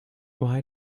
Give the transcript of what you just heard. why